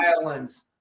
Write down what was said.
island's